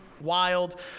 Wild